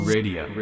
Radio